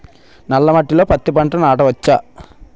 నల్ల మట్టిలో పత్తి పంట నాటచ్చా?